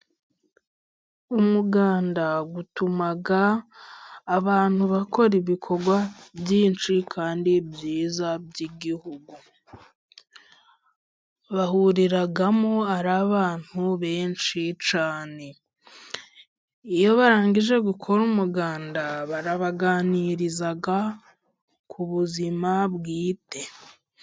Umuganda utuma abantu bakora ibikorwa byinshi kandi byiza by'igihugu ,bahuriramo ari abantu benshi cyane. Iyo barangije gukora umuganda barabaganiriza ku buzima bwite.